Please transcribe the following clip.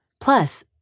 Plus